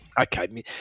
Okay